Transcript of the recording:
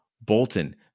Bolton